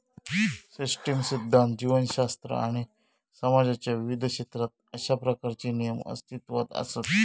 system सिध्दांत, जीवशास्त्र आणि समाजाच्या विविध क्षेत्रात अशा प्रकारचे नियम अस्तित्वात असत